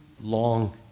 long